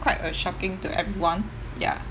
quite a shocking to everyone ya